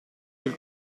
del